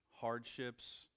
Hardships